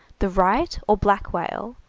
the right or black whale,